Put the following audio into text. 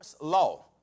law